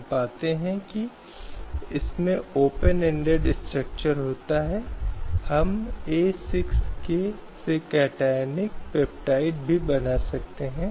हालांकि भारतीय संविधान का खंड अनुच्छेद 15 महिलाओं के पक्ष में सकारात्मक भेदभाव की अनुमति देता है